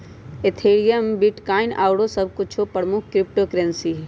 Ethereum, bitcoin आउरो सभ कुछो प्रमुख क्रिप्टो करेंसी हइ